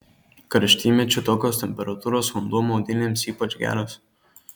karštymečiu tokios temperatūros vanduo maudynėms ypač geras